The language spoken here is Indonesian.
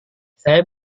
saya